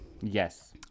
Yes